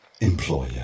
employer